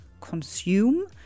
consume